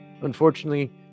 Unfortunately